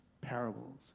Parables